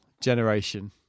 generation